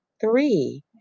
Three